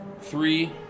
three